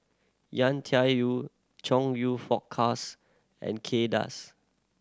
Yau Tian Yau Chong You Fook Charles and Kay Das